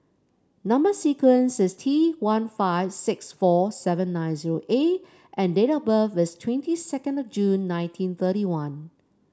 number sequence is T one five six four seven nine zero A and date of birth is twenty second of June nineteen thirty one